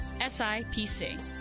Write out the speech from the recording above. SIPC